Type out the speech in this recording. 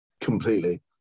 Completely